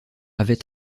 avait